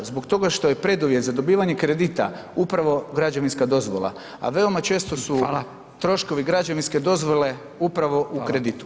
Zbog toga što je preduvjet za dobivanje kredita upravo građevinska dozvola, a veoma često su troškovi građevinske dozvole upravo u kreditu.